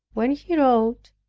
when he wrote,